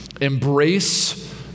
Embrace